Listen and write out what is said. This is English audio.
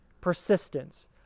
persistence